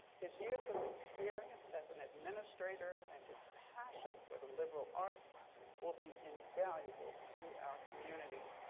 his years of experience as an administrator and his passion for the liberal arts will be invaluable to our community.